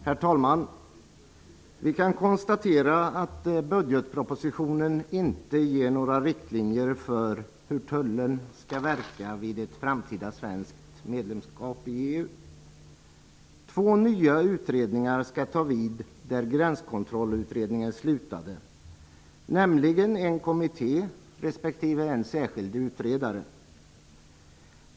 Herr talman! Vi kan konstatera att budgetpropositionen inte ger några riktlinjer för hur Tullen skall verka vid ett framtida svenskt EU medlemskap. Två nya utredningar skall ta vid där Gränskontrollutredningen slutade, nämligen en kommitté respektive en särskild utredare.